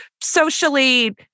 socially